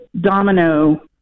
domino